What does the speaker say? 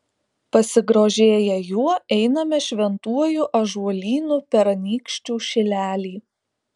pasigrožėję juo einame šventuoju ąžuolynu per anykščių šilelį